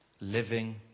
Living